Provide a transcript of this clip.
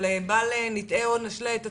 אבל בל נטעה או נשלה את עצמנו,